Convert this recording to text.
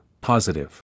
Positive